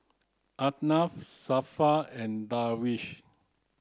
Anuar Zafran and Darwish